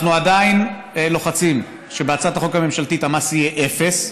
אנחנו עדיין לוחצים שבהצעת החוק הממשלתית המס יהיה אפס,